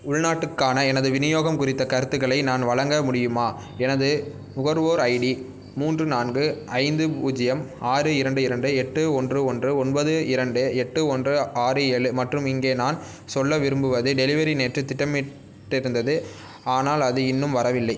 உள்நாட்டுக்கான எனது விநியோகம் குறித்த கருத்துக்களை நான் வழங்க முடியுமா எனது நுகர்வோர் ஐடி மூன்று நான்கு ஐந்து பூஜ்ஜியம் ஆறு இரண்டு இரண்டு எட்டு ஒன்று ஒன்று ஒன்பது இரண்டு எட்டு ஒன்று ஆறு ஏழு மற்றும் இங்கே நான் சொல்ல விரும்புவது டெலிவரி நேற்று திட்டமிட்டிருந்தது ஆனால் அது இன்னும் வரவில்லை